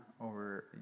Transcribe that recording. over